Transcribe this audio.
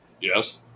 Yes